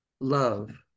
love